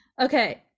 okay